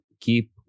keep